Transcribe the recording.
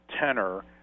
tenor